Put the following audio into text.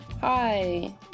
hi